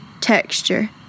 texture